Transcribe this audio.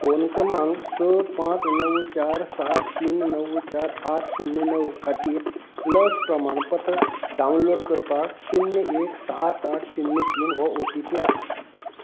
phone क्रमांक स पांच णव चार सात तीन णव चार आठ शुन्य णव खातीर लस प्रमाणपत्र डावनलोड करपाक शुन्य एक तीन सात आठ शुन्य तीन हो ओ टी पी आसा